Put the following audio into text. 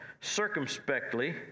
circumspectly